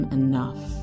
enough